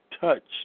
touched